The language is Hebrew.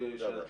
שום דבר.